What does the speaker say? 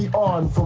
on